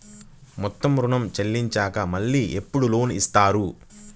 మొత్తం ఋణం చెల్లించినాక మళ్ళీ ఎప్పుడు లోన్ ఇస్తారు?